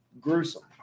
gruesome